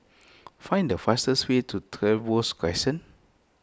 find the fastest way to Trevose Crescent